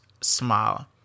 smile